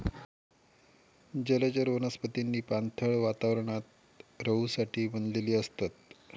जलचर वनस्पतींनी पाणथळ वातावरणात रहूसाठी बनलेली असतत